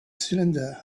cylinder